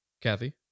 Kathy